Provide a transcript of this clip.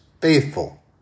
faithful